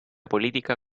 política